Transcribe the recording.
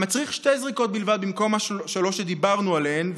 המצריך שתי זריקות בלבד במקום השלוש שדיברנו עליהן,